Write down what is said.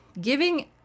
giving